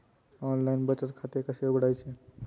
Online बचत खाते कसे उघडायचे?